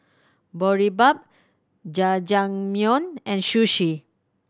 Boribap Jajangmyeon and Sushi